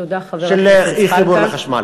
של אי-חיבור לחשמל.